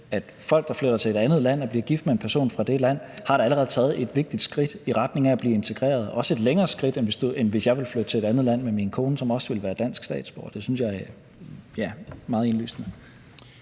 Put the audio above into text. at folk, der flytter til et andet land og bliver gift med en person fra det land, allerede har taget et vigtigt skridt i retning af at blive integreret, også et længere skridt, end hvis jeg ville flytte til et andet land med min kone, som også ville være dansk statsborger. Det synes jeg er, ja, meget indlysende.